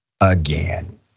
again